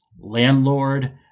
landlord